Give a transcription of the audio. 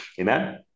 amen